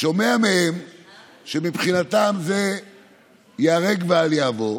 שומע מהם שמבחינתם זה ייהרג ואל יעבור,